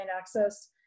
access